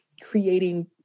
creating